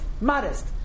modest